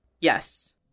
Yes